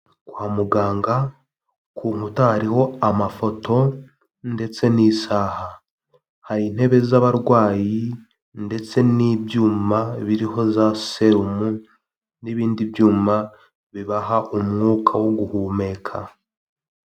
Kwa muganga ku nkuta hariko amafoto ndetse n'isaha, hari intebe z'abarwayi ndetse n'ibyuma biriho za serumu, n'ibindi byuma bibaha umwuka wo guhumeka.